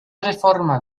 reforma